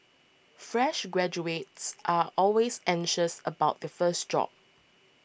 fresh graduates are always anxious about the first job